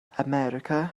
america